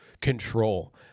control